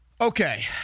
Okay